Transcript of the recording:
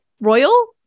royal